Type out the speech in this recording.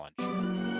challenge